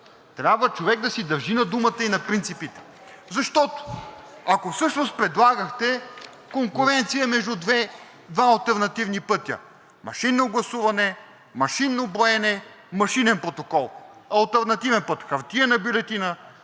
трябва човек да си държи на думата и на принципите! Защото, ако всъщност предлагахте конкуренция между два алтернативни пътя – машинно гласуване, машинно броене, машинен протокол – алтернативен път – хартиена бюлетина,